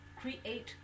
create